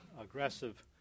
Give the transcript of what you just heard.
aggressive